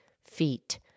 feet